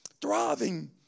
Thriving